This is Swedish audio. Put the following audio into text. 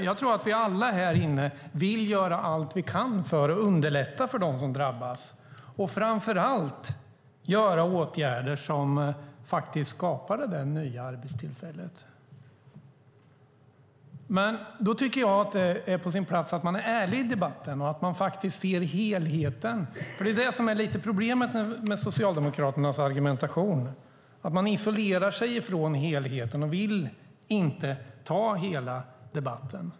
Jag tror att vi alla här inne vill göra allt vi kan för att underlätta för dem som drabbas och framför allt vidta åtgärder som faktiskt skapar det där nya arbetstillfället. Då tycker jag dock att det är på sin plats att man är ärlig i debatten och att man faktiskt ser helheten. Det är det som lite är problemet med Socialdemokraternas argumentation, att man isolerar sig ifrån helheten och inte vill ta hela debatten.